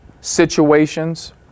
situations